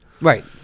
Right